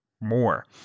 more